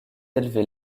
élevé